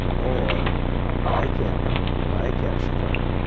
or buy a camera, buy a capture card,